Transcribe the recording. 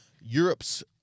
Europe's